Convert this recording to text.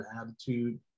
attitude